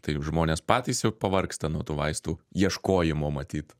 tai žmonės patys jau pavargsta nuo tų vaistų ieškojimo matyt